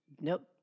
Nope